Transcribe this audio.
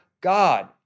God